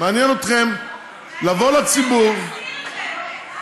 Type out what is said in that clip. מעניין אתכם לבוא לציבור, מעניין אתכם